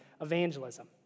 evangelism